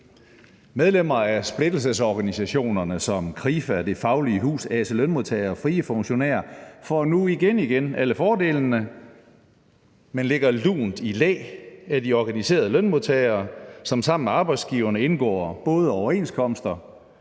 Medlemmer af splittelsesorganisationerne som Krifa, Det Faglige Hus, Ase Lønmodtager og Frie Funktionærer får nu igen igen alle fordelene, men ligger lunt i læ af de organiserede lønmodtagere, som sammen med arbejdsgiverne indgår både overenskomster